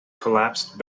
collapsed